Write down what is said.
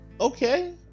Okay